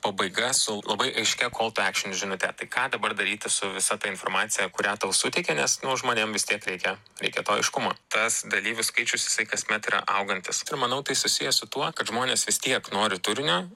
pabaiga su labai aiškia kol tiu ekšin žinute tai ką dabar daryti su visa ta informacija kurią tau suteikė nes nu žmonėm vis tiek reikia reikia to aiškumo tas dalyvių skaičius jisai kasmet yra augantis ir manau tai susiję su tuo kad žmonės vis tiek nori turinio